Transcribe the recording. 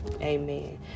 amen